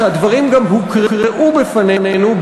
שהדברים גם הוקראו בפנינו,